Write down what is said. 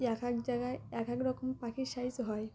এক এক জায়গায় এক এক রকম পাখির সাইজ হয়